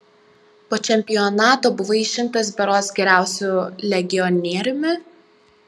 po čempionato buvai išrinktas berods geriausiu legionieriumi